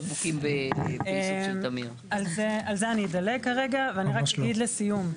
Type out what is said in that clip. אני רק אגיד לסיום,